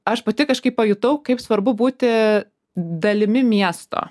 aš pati kažkaip pajutau kaip svarbu būti dalimi miesto